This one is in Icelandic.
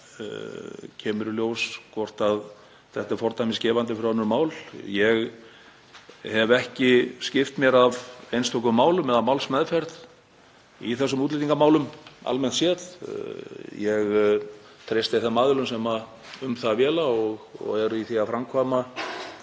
og kemur í ljós hvort þetta er fordæmisgefandi fyrir önnur mál. Ég hef ekki skipt mér af einstökum málum eða málsmeðferð í þessum útlendingamálum almennt séð. Ég treysti þeim aðilum sem um það véla og framkvæma